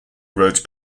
wrote